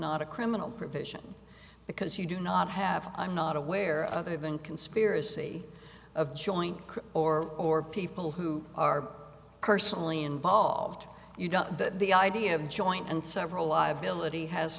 not a criminal provision because you do not have i'm not aware other than conspiracy of joint or or people who are personally involved you know that the idea of joint and several liability has